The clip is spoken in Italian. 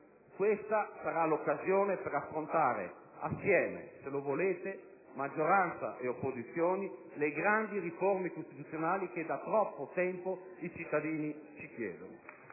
Questa sarà l'occasione per affrontare assieme, se lo vorrete, maggioranza e opposizioni, le grandi riforme costituzionali che da troppo tempo i cittadini ci chiedono.